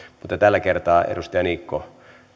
mutta tällä kertaa edustaja niikko armo